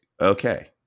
okay